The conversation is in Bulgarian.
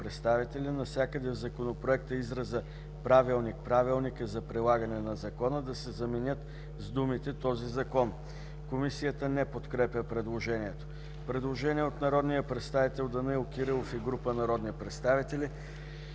представители: „Навсякъде в Законопроекта изразът „Правилник/Правилника за прилагане на Закона” да се замени с думите „Този Закон”.” Комисията не подкрепя предложението. Предложение от народния представител Данаил Кирилов и група народни представители.